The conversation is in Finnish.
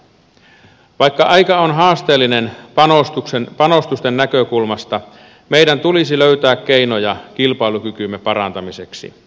vaikka aika on haasteellinen panostusten näkökulmasta meidän tulisi löytää keinoja kilpailukykymme parantamiseksi